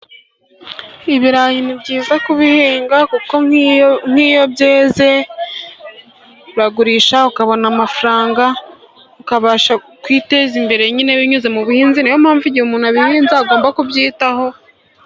Ibirayi ni byiza kubihinga, kuko nk'iyo byeze uragurisha ukabona amafaranga, ukabasha kwiteza imbere nyine binyuze mu buhinzi, niyo mpamvu igihe umuntu abihinze agomba kubyitaho.